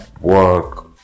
work